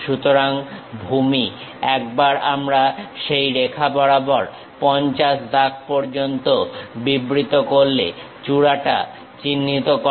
সুতরাং ভূমি একবার আমরা সেই রেখা বরাবর 50 দাগ পর্যন্ত বিবৃত করলে চূড়াটা চিহ্নিত করো